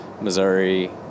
Missouri